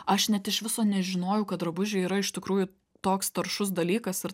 aš net iš viso nežinojau kad drabužiai yra iš tikrųjų toks taršus dalykas ir